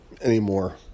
anymore